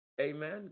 Amen